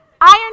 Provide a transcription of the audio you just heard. Iron